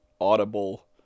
audible